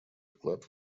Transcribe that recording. вклад